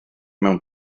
mewn